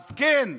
אז כן,